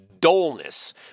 dullness